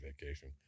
vacation